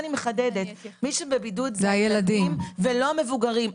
מחדדת, מי שבבידוד זה הילדים ולא המבוגרים.